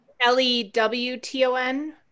L-E-W-T-O-N